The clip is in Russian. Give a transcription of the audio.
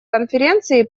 конференции